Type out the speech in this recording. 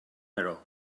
neró